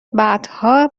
بعدها